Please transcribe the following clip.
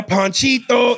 Panchito